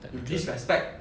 you disrespect